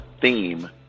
theme